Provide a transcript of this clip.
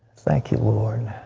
thank you lord.